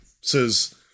says